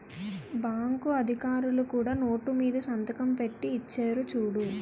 bank అధికారులు కూడా note మీద సంతకం పెట్టి ఇచ్చేరు చూడు